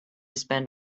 spend